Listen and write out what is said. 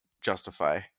justify